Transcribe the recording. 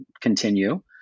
continue